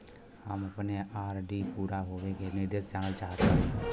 हम अपने आर.डी पूरा होवे के निर्देश जानल चाहत बाटी